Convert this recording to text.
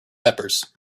peppers